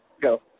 Go